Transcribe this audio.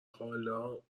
حالا